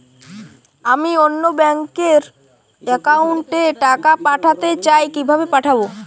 আমি অন্য ব্যাংক র অ্যাকাউন্ট এ টাকা পাঠাতে চাই কিভাবে পাঠাবো?